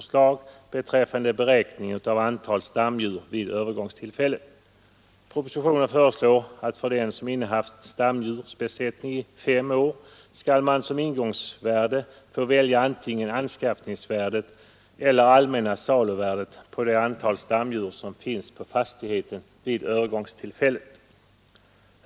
skall man som ingångsvärde få välja antingen anskaffningsvärdet eller allmänna saluvärdet på det antal stamdjur som finns på fastigheten vid övergångstillfället.